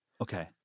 Okay